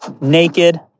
naked